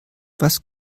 was